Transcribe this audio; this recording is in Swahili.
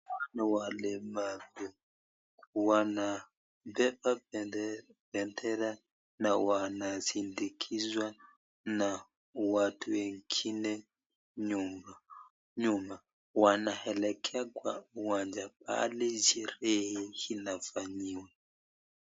Hawa ni walemavu, wanabebea bendera na wanasindikizwa na watu wengine nyuma, wanaelekea kwa uwanja pahali sherehe inafanyiwa.